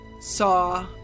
saw